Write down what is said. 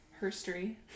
history